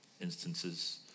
instances